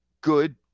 good